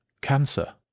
Cancer